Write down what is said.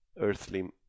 earthly